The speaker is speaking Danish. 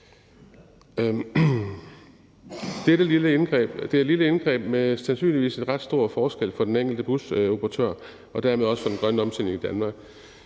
Det er et lille indgreb, som sandsynligvis gør en ret stor forskel for den enkelte busoperatør og dermed også for den grønne omstilling i Danmark.